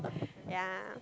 yeah